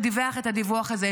שדיווח את הדיווח הזה,